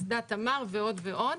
אסדת תמר ועוד ועוד.